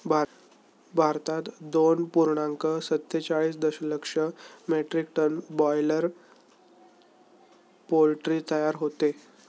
भारतात दोन पूर्णांक सत्तेचाळीस दशलक्ष मेट्रिक टन बॉयलर पोल्ट्री तयार होते